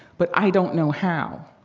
but i don't know how.